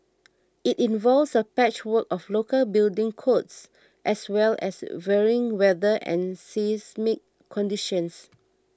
it involves a patchwork of local building codes as well as varying weather and seismic conditions